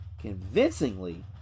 convincingly